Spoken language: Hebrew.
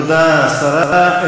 תודה, השרה.